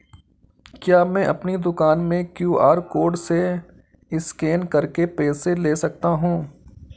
क्या मैं अपनी दुकान में क्यू.आर कोड से स्कैन करके पैसे ले सकता हूँ?